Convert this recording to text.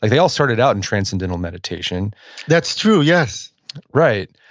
like they all started out in transcendental meditation that's true, yes right.